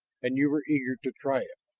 and you were eager to try it.